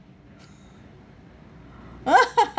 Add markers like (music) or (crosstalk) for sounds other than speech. (laughs)